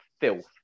filth